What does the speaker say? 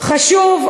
כן.